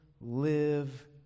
live